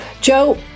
joe